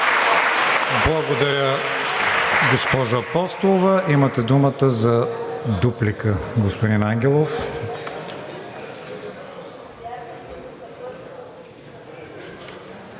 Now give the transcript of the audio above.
Благодаря, госпожо Апостолова. Имате думата за дуплика, господин Ангелов.